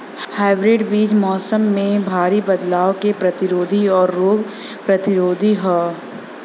hybrid बीज मौसम में भारी बदलाव के प्रतिरोधी और रोग प्रतिरोधी ह